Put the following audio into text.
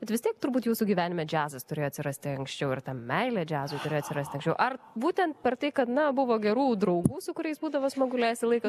bet vis tiek turbūt jūsų gyvenime džiazas turėjo atsirasti anksčiau ir ta meilė džiazui turėjo atsirasti anksčiau ar būtent per tai kad na buvo gerų draugų su kuriais būdavo smagu leisti laiką